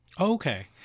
okay